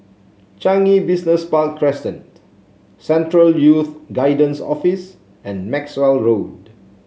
Changi Business Park Crescent Central Youth Guidance Office and Maxwell Road